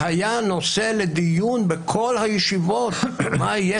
שהיה נושא לדיון בכל הישיבות מה יהיה